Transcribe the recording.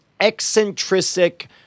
eccentric